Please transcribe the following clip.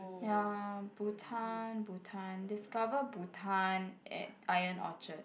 ya Bhutan Bhutan discover Bhutan at Ion Orchard